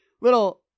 little